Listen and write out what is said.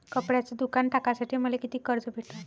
कपड्याचं दुकान टाकासाठी मले कितीक कर्ज भेटन?